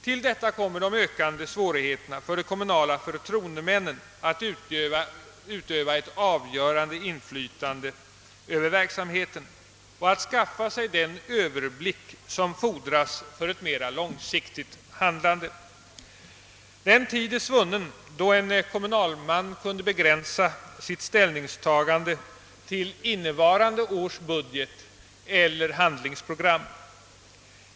Till detta kommer de ökande svårigheterna för de kommunala förtroendemännen att utöva ett avgörande inflytande över verksamheten och att skaffa sig den överblick som fordras för ett mera långsiktigt handlande. Den tid är svunnen då en kommunalman kunde begränsa sitt ställningstagande till innevarande års budget eller handlingsprogram.